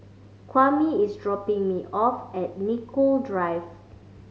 Kwame is dropping me off at Nicoll Drive